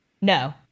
No